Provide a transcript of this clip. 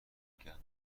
گندم